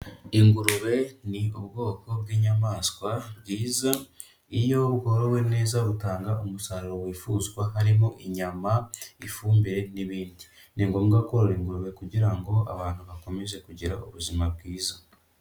Ingurube ni ubwoko bw'inyamaswa bwiza, iyo bworowe neza butanga umusaruro wifuzwa harimo inyama, ifumbire n'ibindi. Ni ngombwa korora ingurube kugira ngo abantu bakomeze kugira ubuzima bwiza.